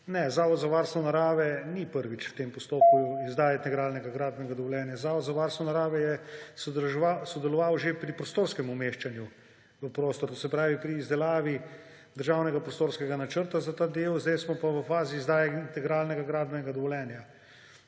ne, Zavod za varstvo narave ni prvič v tem postopku izdaje integralnega gradbenega dovoljenja. Zavod za varstvo narave je sodeloval že pri prostorskem umeščanju v prostor, to je pri izdelavi državnega prostorskega načrta za ta del. Zdaj smo pa v fazi izdaje integralnega gradbenega dovoljenja.